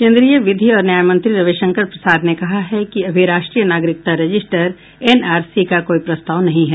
केन्द्रीय विधि और न्याय मंत्री रविशंकर प्रसाद ने कहा है कि अभी राष्ट्रीय नागरिकता रजिस्टर एनआरसी का कोई प्रस्ताव नहीं है